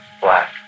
black